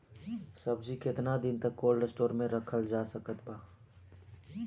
सब्जी केतना दिन तक कोल्ड स्टोर मे रखल जा सकत बा?